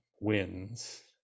wins